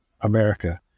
America